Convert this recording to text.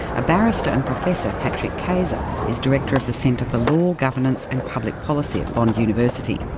a barrister and professor, patrick keyzer, is director of the centre for law, governance and public policy at bond university.